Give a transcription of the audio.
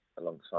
alongside